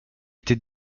était